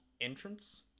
entrance